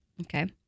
Okay